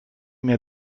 mir